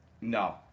No